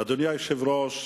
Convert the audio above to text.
אדוני היושב-ראש,